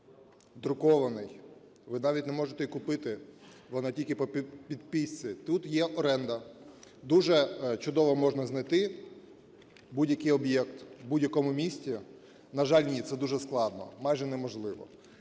друкований. Ви навіть не можете і купити, він тільки по підписці. Тут є оренда, дуже чудово можна знайти будь-який об'єкт в будь-якому місці. На жаль, ні, це дуже складно, майже неможливо.